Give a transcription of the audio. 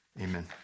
Amen